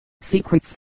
Secrets